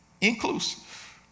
inclusive